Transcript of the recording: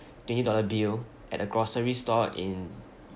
twenty dollar bill at a grocery store in